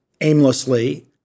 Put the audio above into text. aimlessly